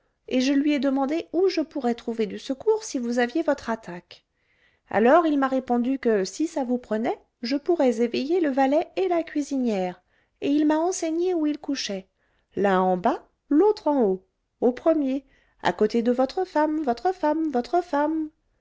et je lui ai demandé où je pourrais trouver du secours si vous aviez votre attaque alors il m'a répondu que si ça vous prenait je pourrais éveiller le valet et la cuisinière et il m'a enseigné où ils couchaient l'un en bas l'autre en haut au premier à côté de votre femme votre femme votre femme